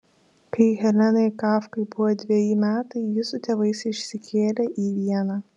kai helenai kafkai buvo dveji metai ji su tėvais išsikėlė į vieną